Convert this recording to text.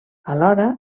alhora